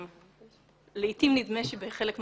לעיתים נדמה שבחלק מהמקומות,